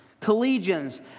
collegians